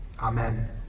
Amen